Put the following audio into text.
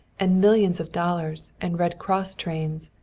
and millions of dollars, and red cross trains.